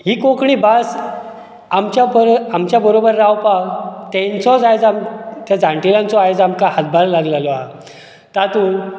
ही कोंकणी भास आमच्या परस आमच्या बरोबर रावपाक तेंचोज आयज आमक त्या जाण्टेल्यांचो आयज आमकां हातभार लागलेलो आहा तातूंत